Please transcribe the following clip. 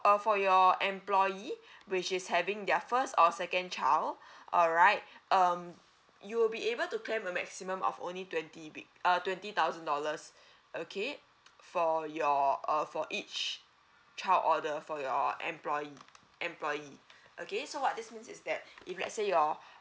uh for your employee which is having their first or second child alright um you'll be able to claim a maximum of only twenty big uh twenty thousand dollars okay for your uh for each child order for your employee employee okay so what this means is that if let's say your